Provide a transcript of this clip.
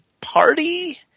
party